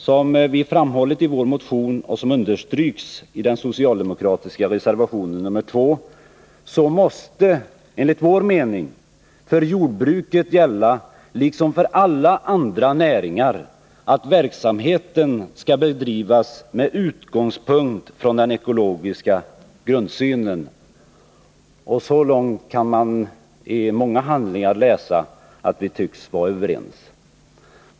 Som vi framhållit i vår motion och som understryks i den socialdemokratiska reservationen nr 2 måste enligt vår mening för jordbruket, liksom för alla andra näringar, gälla att verksamheten skall bedrivas med utgångspunkt från den ekologiska grundsynen. Ur många handlingar kan utläsas att vi så långt tycks vara överens.